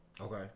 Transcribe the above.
Okay